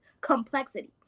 complexity